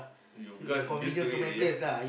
you because used to it already ah